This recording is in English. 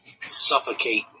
suffocate